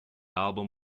album